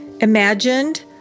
imagined